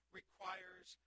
requires